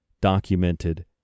documented